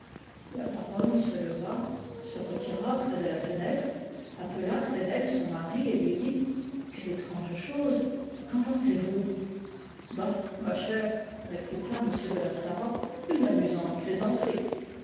la baronne se leva se retira près de la fenêtre appela près d'elle son mari et lui dit quelle étrange chose qu'en pensez-vous bah ma chère répliqua m de la sarraz une amunante